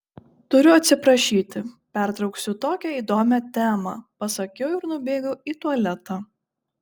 turiu atsiprašyti pertrauksiu tokią įdomią temą pasakiau ir nubėgau į tualetą